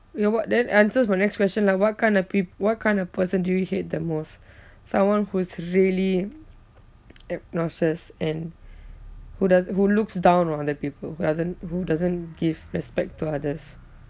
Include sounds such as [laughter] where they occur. you know what that answers my next question lah what kind of peop~ what kind of person do you hate the most someone who's really [noise] obnoxious and who does who looks down on other people who doesn't who doesn't give respect to others